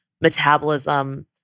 metabolism